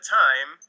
time